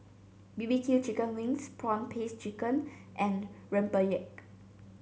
B B Q Chicken Wings prawn paste chicken and Rempeyek